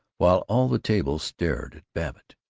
while all the table stared at babbitt.